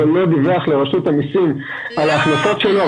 אבל לא דיווח לרשות המסים על ההכנסות שלו.